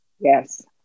Yes